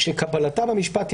כשראינו גם עם הפרשה,